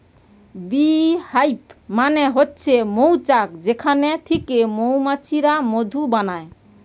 bee hive মানে হচ্ছে মৌচাক যেখান থিকে মৌমাছিরা মধু বানায়